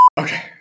Okay